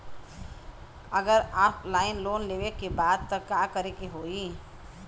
अगर offline loan लेवे के बा त का करे के होयी?